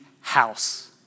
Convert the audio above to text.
house